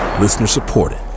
Listener-supported